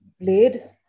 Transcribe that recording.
blade